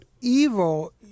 evil